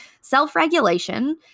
self-regulation